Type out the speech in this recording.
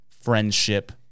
friendship